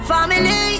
Family